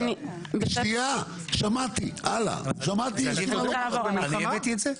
אני הבאתי את זה?